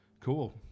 Cool